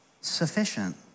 sufficient